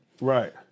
Right